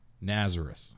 Nazareth